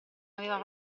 aveva